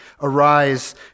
Arise